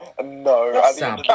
no